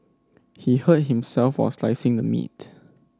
he hurt himself while slicing the meat